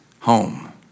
home